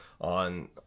on